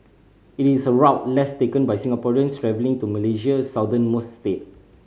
it is a route less taken by Singaporeans travelling to Malaysia's southernmost state